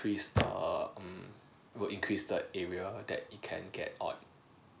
the um will increase the area that it can get on